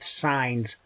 signs